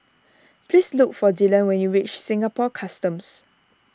please look for Dillan when you reach Singapore Customs